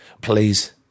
Please